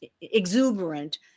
exuberant